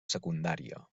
secundària